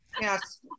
Yes